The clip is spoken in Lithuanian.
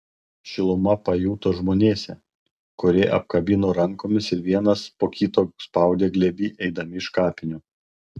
šilumą pajuto žmonėse kurie apkabino rankomis ir vienas po kito spaudė glėby eidami iš kapinių